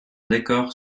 décor